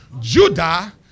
Judah